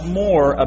more